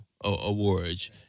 Awards